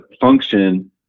function